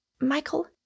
Michael